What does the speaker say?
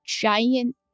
giant